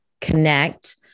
connect